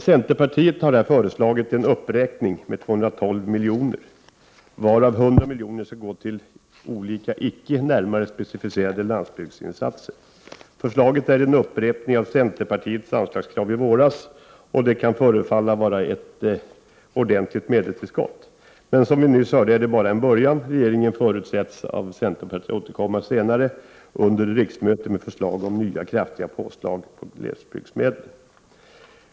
Centerpartiet har här föreslagit en uppräkning med 212 milj.kr., varav 100 milj.kr. skall gå till olika icke närmare specificerade landsbygdsinsatser. Förslaget är en upprepning av centerpartiets anslagskrav i våras, och det kan förefalla vara ett ordentligt medelstillskott. Men som vi nyss hörde är det bara en början. Regeringen förutsätts av centerpartiet återkomma senare under riksmötet med förslag om nya kraftiga påslag på glesbygdsmedlen.